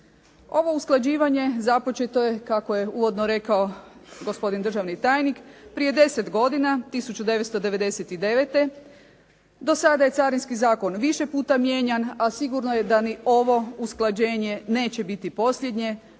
Ovo usklađivanje započeto je kako je uvodno rekao gospodin državni tajnik prije 10 godina, 1999. Do sada je Carinski zakon više puta mijenjan, a sigurno je da i ovo usklađenje neće biti posljednje,